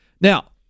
Now